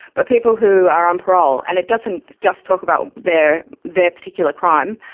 but people who are on parole, and it doesn't just talk about their their particular crime.